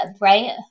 right